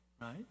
right